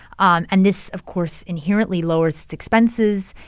um and this, of course, inherently lowers its expenses.